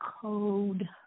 code